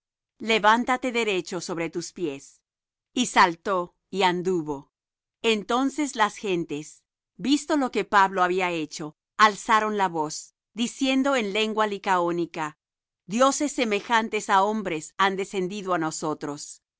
levántate derecho sobre tus pies y saltó y anduvo entonces las gentes visto lo que pablo había hecho alzaron la voz diciendo en lengua licaónica dioses semejantes á hombres han descendido á nosotros